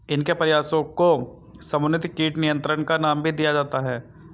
इनके प्रयासों को समन्वित कीट नियंत्रण का नाम भी दिया जाता है